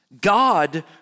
God